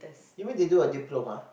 even they do a diploma